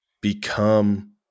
become